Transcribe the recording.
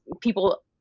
people